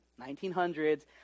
1900s